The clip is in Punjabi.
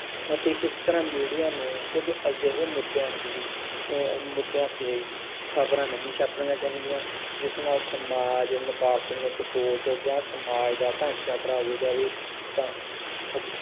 ਅਤੇ ਇਸ ਤਰ੍ਹਾਂ ਮੀਡੀਆ ਨੂੰ ਕੁਝ ਅਜਿਹੇ ਮੁੱਦਿਆਂ ਦੀ ਮੁੱਦਿਆਂ ਤੇ ਖਬਰਾਂ ਨਹੀਂ ਛਾਪਣੀਆਂ ਚਾਹੀਦੀਆਂ ਜਿਸ ਨਾਲ ਸਮਾਜ ਨਕਾਰਤਮਕ ਸੋਚ ਜਾਂ ਸਮਾਜ ਦਾ ਢਾਂਚਾ ਖਰਾਬ ਹੋ ਜਾਵੇ ਤਾਂ ਓਕੇ